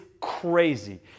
crazy